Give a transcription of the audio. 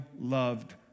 loved